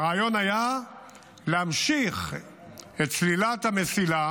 והרעיון היה להמשיך את סלילת המסילה